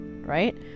right